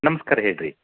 ನಮಸ್ಕಾರ ಹೇಳ್ರಿ